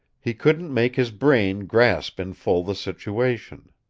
he couldn't make his brain grasp in full the situation.